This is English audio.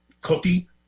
cookie